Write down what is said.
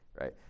right